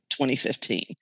2015